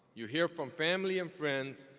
you hear from family and friends,